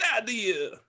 idea